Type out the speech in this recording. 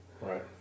Right